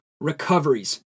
recoveries